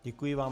Děkuji vám.